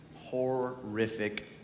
horrific